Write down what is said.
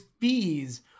fees